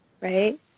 right